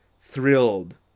thrilled